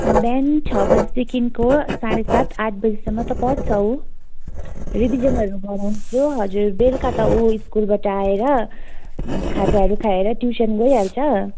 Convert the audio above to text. बिहान छ बजीदेखिको साढे सात आठ बजीसम्म त पढ्छ ऊ रिभिजनहरू गराउँछ हजुर बेलुका त ऊ स्कुलबाट आएर खाजाहरू खाएर ट्युसन गइहाल्छ